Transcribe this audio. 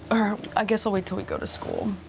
or i guess i'll wait till we go to school.